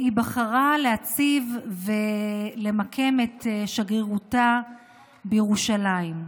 והיא בחרה להציב ולמקם את שגרירותה בירושלים.